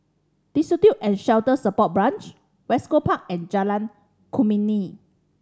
Destitute and Shelter Support Branch West Coast Park and Jalan Kemuning